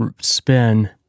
spin